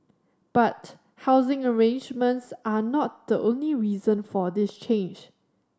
but housing arrangements are not the only reason for this change